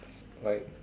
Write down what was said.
like